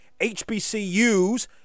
hbcus